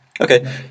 Okay